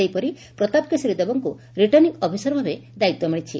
ସେହିପରି ପ୍ରତାପ କେଶରୀ ଦେବଙ୍କୁ returning officer ଭାବେ ଦାୟିତ୍ୱ ମିଳିଛି